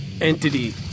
entity